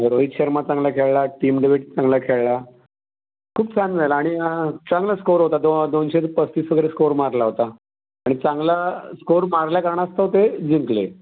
रोहित शर्मा चांगला खेळला team David चांगला खेळला खूप छान झालं आणि चांगला स्कोअर होता दो दोनशे पस्तीस वगैरे स्कोअर मारला होता आणि चांगला स्कोअर मारल्या कारणास्तव ते जिंकले